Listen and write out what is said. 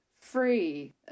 free